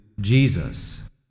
Jesus